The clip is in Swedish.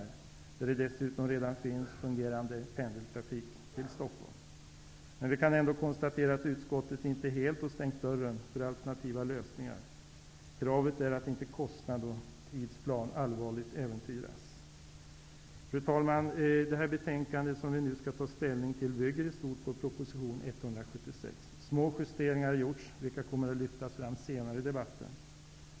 Från Uppsala finns det dessutom redan en fungerande pendeltrafik till Stockholm. Vi kan ändå konstatera att utskottet inte helt har stängt dörren för alternativa lösningar. Kravet är att inte kostnad och tidsplan allvarligt äventyras. Fru talman! Det betänkande vi nu skall ta ställning till bygger i stort på proposition 176. Små justeringar har gjorts, vilka kommer att lyftas fram senare i debatten.